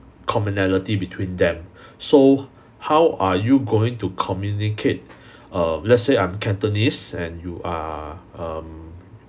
commonality between them so how are you going to communicate err let's say I'm cantonese and you are um